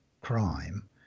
crime